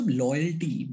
loyalty